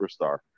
superstar